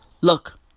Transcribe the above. Look